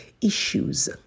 issues